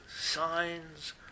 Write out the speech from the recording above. signs